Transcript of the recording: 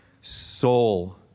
soul